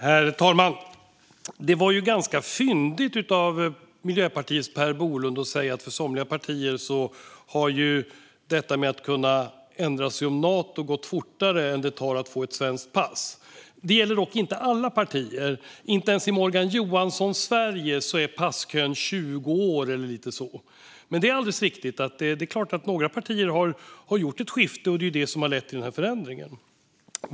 Herr talman! Det var ju ganska fyndigt av Miljöpartiets Per Bolund att säga att det här med att ändra sig om Nato för somliga partier har gått fortare än den tid det tar att få ett svenskt pass. Det gäller dock inte alla partier. Inte ens i Morgan Johanssons Sverige är passkön 20 år eller så. Men det är alldeles riktigt att några partier har gjort ett skifte, och det är det som har lett till den här förändringen.